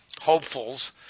hopefuls